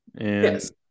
Yes